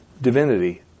divinity